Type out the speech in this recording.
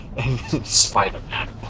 Spider-Man